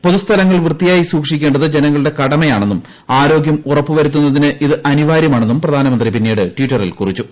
പൊതുസ്ഥലങ്ങൾ വൃത്തിയായി സൂക്ഷിക്കേണ്ടത് ജനങ്ങളുടെ കടമയാണെന്നും ആരോഗ്ച് ഉറപ്പു വരുത്തുന്നതിന് ഇത് അനിവാര്യമാണെന്നും പ്രധാനമന്ത്രി പിന്നീട് ടിറ്ററിൽ കുറിച്ചു